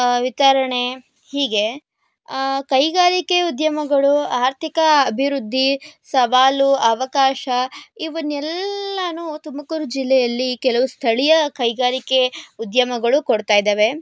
ವಿತರಣೆ ಹೀಗೆ ಕೈಗಾರಿಕೆ ಉದ್ಯಮಗಳು ಆರ್ಥಿಕ ಅಭಿವೃದ್ದಿ ಸವಾಲು ಅವಕಾಶ ಇವನ್ನೆಲ್ಲಾ ತುಮಕೂರು ಜಿಲ್ಲೆಯಲ್ಲಿ ಕೆಲವು ಸ್ಥಳೀಯ ಕೈಗಾರಿಕೆ ಉದ್ಯಮಗಳು ಕೊಡ್ತಾ ಇದ್ದಾವೆ